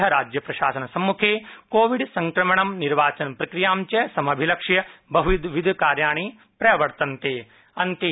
अतः राज्यप्रशासनसम्मुखे कोविडसंक्रमणं निर्वाचनप्रक्रियां च समभिलक्ष्य बहुविधकार्याणि प्रवर्तन्ते